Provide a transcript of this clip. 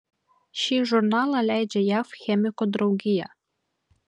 šį žurnalą leidžia jav chemikų draugija